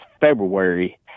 February